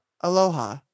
Aloha